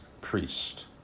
priest